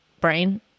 brain